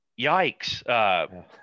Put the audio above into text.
yikes